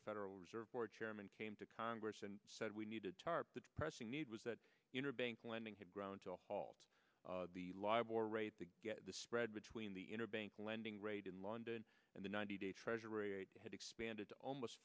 the federal reserve board chairman came to congress and said we needed tarp the pressing need was that the interbank lending had ground to a halt the live or rate to get the spread between the interbank lending rate in london and the ninety day treasury had expanded to almost